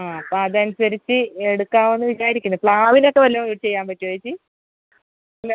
ആ അപ്പം അതനുസരിച്ച് എടുക്കാമെന്ന് വിചാരിക്കുന്നു പ്ലാവിനൊക്കെ വല്ലതും ചെയ്യാൻ പറ്റുമോ ഏച്ചി ഇല്ല